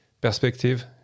perspective